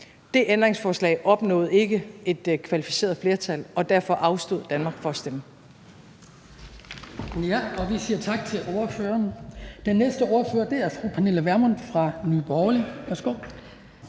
Det ændringsforslag opnåede ikke et kvalificeret flertal, og derfor afstod Danmark fra at stemme.